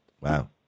Wow